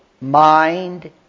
mind